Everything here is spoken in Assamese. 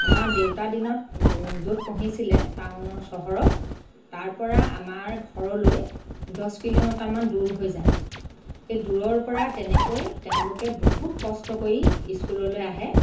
আমাৰ দেউতাৰ দিনত য'ত পঢ়িছিলে টাউনৰ চহৰত তাৰ পৰা আমাৰ ঘৰলৈ দহ কিলোমিটাৰমান দূৰ হৈ যায় এই দূৰৰ পৰা তেনেকৈ তেওঁলোকে বহুত কষ্ট কৰি স্কুললৈ আহে